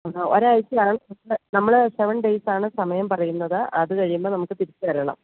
അത് ഒരാഴ്ച്ചയാണ് നമ്മൾ നമ്മൾ സെവൻ ഡേയ്സ് ആണ് സമയം പറയുന്നത് അത് കഴിയുമ്പോൾ നമുക്ക് തിരിച്ച് തരണം